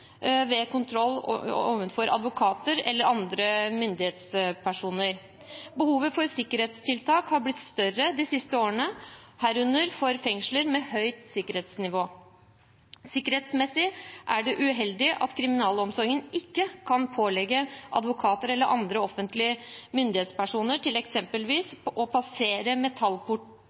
ved kontroll overfor advokater eller offentlige myndighetspersoner. Behovet for sikkerhetstiltak har blitt større de siste årene, herunder for fengsler med høyt sikkerhetsnivå. Sikkerhetsmessig er det uheldig at kriminalomsorgen ikke kan pålegge advokater eller offentlig myndighetspersoner eksempelvis å passere metallporter i fengsler med